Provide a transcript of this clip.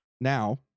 now